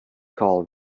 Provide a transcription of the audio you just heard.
call